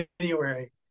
January